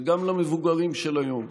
וגם למבוגרים של היום,